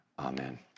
Amen